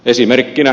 esimerkkinä